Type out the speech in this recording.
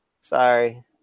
sorry